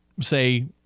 say